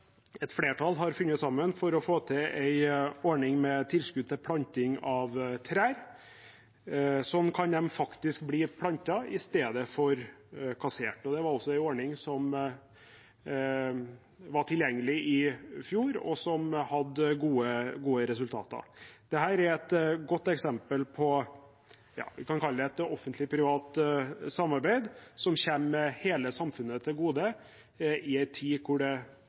et flertall har funnet sammen for å få til en ordning med tilskudd til planting av trær. Sånn kan de faktisk bli plantet i stedet for kassert. Det var også en ordning som var tilgjengelig i fjor, og som ga gode resultater. Dette er et godt eksempel på hva vi kan kalle et offentlig-privat samarbeid som kommer hele samfunnet til gode, i en tid hvor det